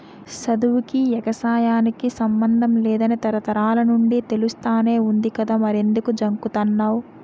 సదువుకీ, ఎగసాయానికి సమ్మందం లేదని తరతరాల నుండీ తెలుస్తానే వుంది కదా మరెంకుదు జంకుతన్నావ్